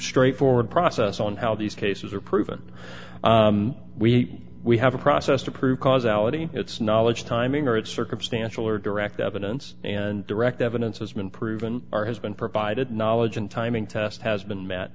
straightforward process on how these cases are proven we we have a process to prove causality it's knowledge timing or it's circumstantial or direct evidence and direct evidence has been proven are has been provided knowledge and timing test has been met